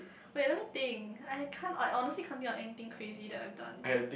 wait let me think I have can't oh I honestly can't think of anything crazy that I've done